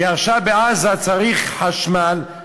כי עכשיו בעזה צריך חשמל.